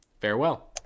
farewell